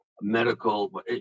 medical